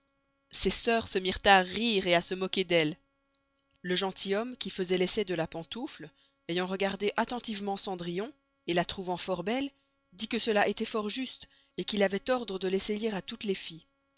ses sœurs se mirent à rire et à se mocquer d'elle le gentilhomme qui faisoit l'essay de la pentoufle ayant regardé attentivement cendrillon la trouvant fort belle dit que cela estoit juste et qu'il avoit ordre de l'essayer à toutes les filles